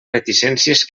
reticències